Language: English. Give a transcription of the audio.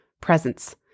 presence